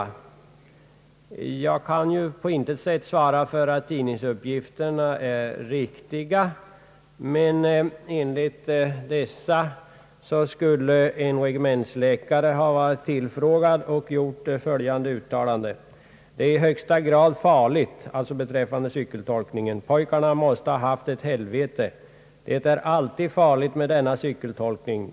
Jag kan på intet sätt svara för att tidningsuppgifterna är riktiga, men enligt dessa uppgifter skulle en regementsläkare varit tillfrågad och gjort följande uttalande: »Pojkarna måste ha haft ett helvete. Det är alltid farligt med denna cykeltolkning.